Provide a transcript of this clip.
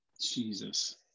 Jesus